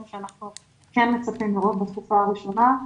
שאנחנו כן מצפים לראות בתקופה הראשונה.